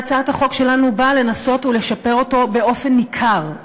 והצעת החוק שלנו באה לנסות ולשפר אותו באופן ניכר,